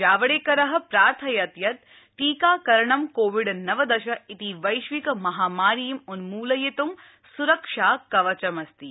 जावडेकरः प्रार्थयत् यत् टीकाकरणं कोविड नवदश इति वैश्विकमहामारीं उन्मूलयित् सुरक्षाकवचं अस्ति